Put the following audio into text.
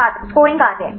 छात्र स्कोरिंग कार्य